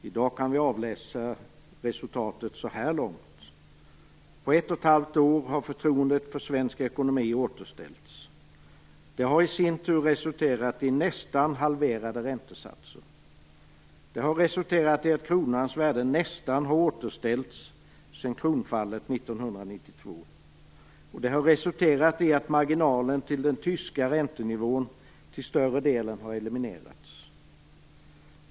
I dag kan vi avläsa resultatet så här långt. På ett och ett halvt år har förtroendet för svensk ekonomi återställts. Det har i sin tur resulterat i nästan halverade räntesatser. Det har resulterat i att kronans värde nästan återställts sedan kronfallet 1992. Det har resulterat i att marginalen till den tyska räntenivån till större delen har eliminerats.